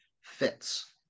fits